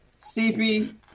CP